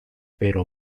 pero